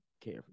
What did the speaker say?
care